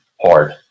hard